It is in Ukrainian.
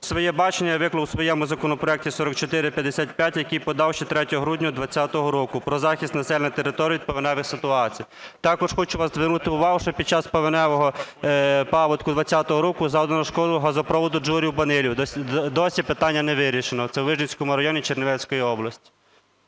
Своє бачення я виклав у своєму законопроекті 4455, який подав ще 3 грудня 20-го року про захист населення та територій від повеневих ситуацій. Також хочу вашу звернути увагу, що під час повеневого паводку 20-го року завдано шкоди газопроводу "Джурів-Банилів", досі питання не вирішено. Це у Вижницькому районі Чернівецької області.